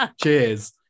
Cheers